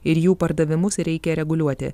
ir jų pardavimus reikia reguliuoti